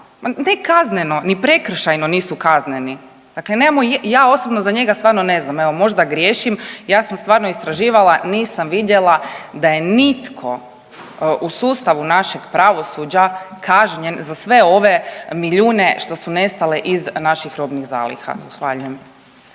ne kazneno, ni prekršajno nisu kazneni. Dakle ne, ja osobno za njega stvarno ne znam, evo, možda griješim, ja sam stvarno istraživala, nisam vidjela da je nitko u sustavu našeg pravosuđa kažnjen za sve ove milijune što su nestale iz naših robnih zaliha.